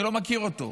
אני לא מכיר אותו.